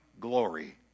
glory